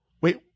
Wait